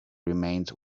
remained